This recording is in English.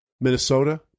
Minnesota